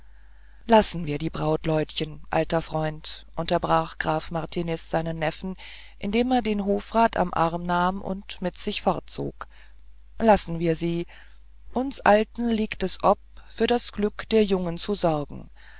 lassen wir die brautleutchen alter freund unterbrach graf martiniz seinen neffen indem er den hofrat am arm nahm und mit sich fortzog lassen wir sie uns alten liegt es ob für das glück der jungen zu sorgen